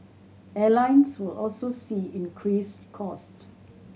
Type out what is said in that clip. airlines will also see increased cost